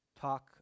talk